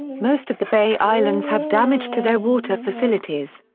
most of the bay islands had damage to their water facilities.